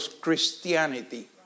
Christianity